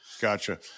Gotcha